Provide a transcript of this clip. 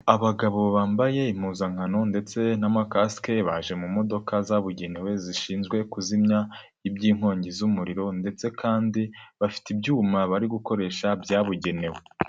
Abagabo bambaye impuzankano ndetse n'amakasike, baje mu modoka zabugenewe zishinzwe kuzimya iby'inkongi z'umuriro ndetse kandi bafite ibyuma bari gukoresha byabugenewe.